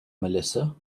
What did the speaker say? melissa